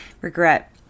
regret